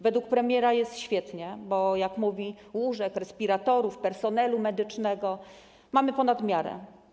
Według premiera jest świetnie, bo jak mówi, łóżek, respiratorów, personelu medycznego mamy ponad miarę.